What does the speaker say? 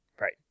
right